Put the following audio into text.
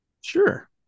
sure